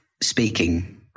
speaking